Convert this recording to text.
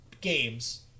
games